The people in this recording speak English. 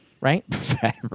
Right